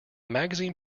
magazine